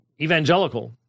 evangelical